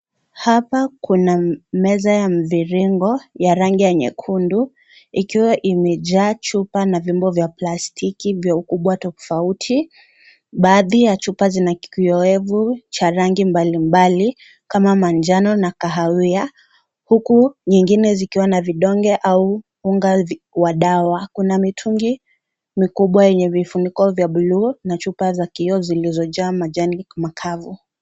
Hapa kuna meza ya mviringo ya rangi ya nyekundu, ikiwa imejaa chupa na vyombo vya plastiki vya ukubwa tofauti. Baadhi ya chupa zina kiowevu cha rangi mbalimbali, kama manjano na kahawia, huku nyingine zikiwa na vidonge au unga wa dawa. Kuna mitungi mikubwa yenye vifuniko vya bluu na chupa za kioo zilizojaa majani makavu.